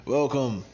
Welcome